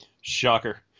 shocker